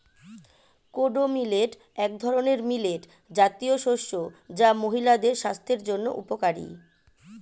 kodo millet এক ধরনের millet জাতীয় শস্য যা মহিলাদের স্বাস্থ্যের জন্য উপকারী